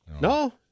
No